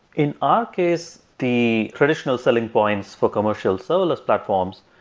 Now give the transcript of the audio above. in our case, the traditional selling points for commercial serverless platforms,